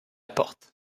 porte